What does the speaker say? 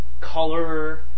color